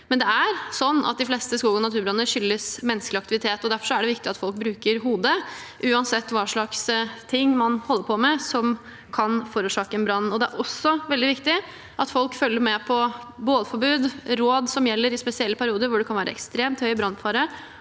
at de fleste skog- og naturbranner skyldes menneskelig aktivitet, og derfor er det viktig at folk bruker hodet, uansett hva man holder på med som kan forårsake en brann. Det er også veldig viktig at folk følger med på bålforbud og på råd som gjelder i spesielle perioder hvor det kan være ekstremt høy brannfare,